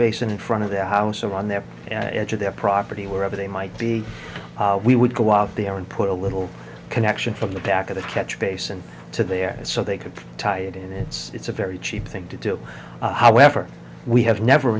basin in front of their house or on their edge of their property wherever they might be we would go out there and put a little connection from the back of the catch basin to there so they could tie it in it's it's a very cheap thing to do however we have never